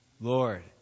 Lord